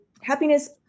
happiness